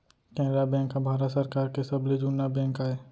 Canara bank ह भारत सरकार के सबले जुन्ना बेंक आय